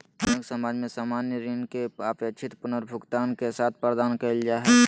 आधुनिक समाज में सामान्य ऋण के अपेक्षित पुनर्भुगतान के साथ प्रदान कइल जा हइ